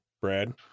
Brad